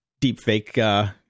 deepfake